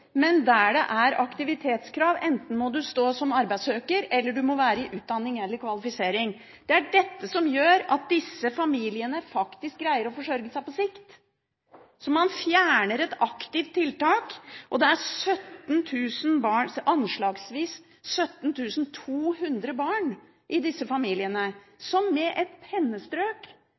men der det er aktivitetskrav – at du enten må stå som arbeidssøker eller være i utdanning eller kvalifisering. Det er dette som gjør at disse familiene faktisk greier å forsørge seg på lengre sikt. Så man fjerner et aktivt tiltak, og det er anslagsvis 17 200 barn i disse familiene som med et pennestrøk